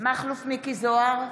מכלוף מיקי זוהר,